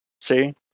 See